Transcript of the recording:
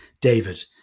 David